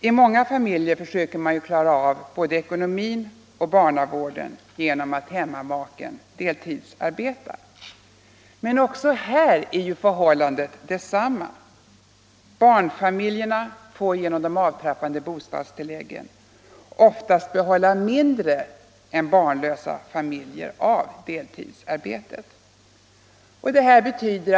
I många fa miljer söker man klara av både ekonomin och barnavården genom att > hemmamaken deltidsarbetar. Men också här är förhållandet detsamma; barnfamiljerna får genom de avtrappade bostadstilläggen oftast behålla mindre än barnlösa familjer av vad deltidsarbetet ger.